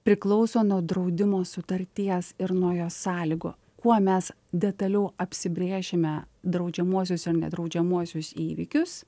priklauso nuo draudimo sutarties ir nuo jos sąlygų kuo mes detaliau apsibrėšime draudžiamuosius ir nedraudžiamuosius įvykius